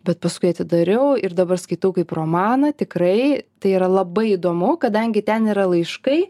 bet paskui atidariau ir dabar skaitau kaip romaną tikrai tai yra labai įdomu kadangi ten yra laiškai